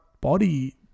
body